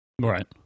Right